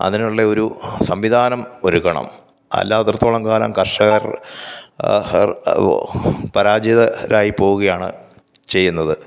അതിനുള്ളയൊരു സംവിധാനം ഒരുക്കണം അല്ലാത്തെടുത്തോളം കാലം കർഷകർ പരാജിതരായി പോവുകയാണ് ചെയ്യുന്നത്